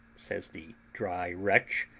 says the dry wretch,